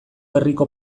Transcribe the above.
herriko